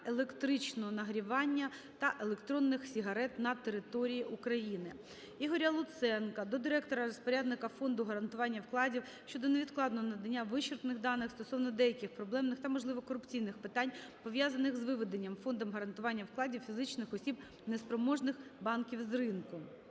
електричного нагрівання та електронних сигарет на території України. Ігоря Луценка до директора-розпорядника Фонду гарантування вкладів щодо невідкладного надання вичерпних даних стосовно деяких проблемних та, можливо, корупційних питань, пов'язаних з виведенням Фондом гарантування вкладів фізичних осіб неспроможних банків з ринку.